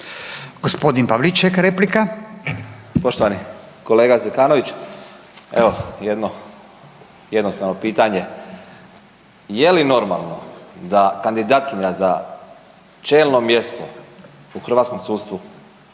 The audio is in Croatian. suverenisti)** Poštovani kolega Zekanović evo jedno jednostavno pitanje. Je li normalno da kandidatkinja za čelno mjesto u hrvatskom sudstvu